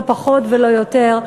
לא פחות ולא יותר.